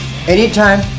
Anytime